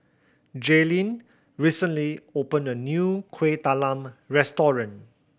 Jailene recently opened a new Kueh Talam restaurant